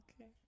Okay